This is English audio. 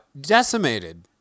Decimated